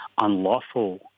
unlawful